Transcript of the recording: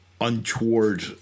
Untoward